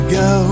go